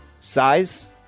Size